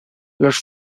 los